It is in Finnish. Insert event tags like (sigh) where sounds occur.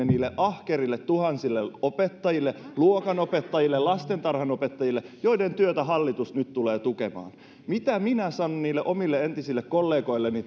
(unintelligible) niille tuhansille ahkerille opettajille luokanopettajille ja lastentarhanopettajille joiden työtä hallitus nyt tulee tukemaan mitä minä sanon niille omille entisille kollegoilleni (unintelligible)